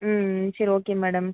ம் ம் சரி ஓகே மேடம்